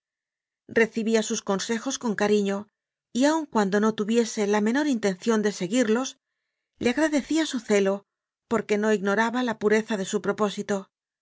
recibía sus consejos con cariño y aun cuando no tuviese la menor intención de seguirlos le agradecía su celo porque no ignoraba la pureza de su propósito